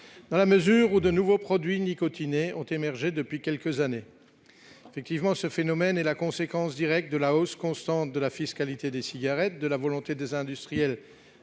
dans la mesure où de nouveaux produits nicotinés ont émergé depuis quelques années. Ce phénomène est la conséquence directe de la hausse constante de la fiscalité des cigarettes et de la volonté des industriels